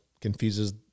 confuses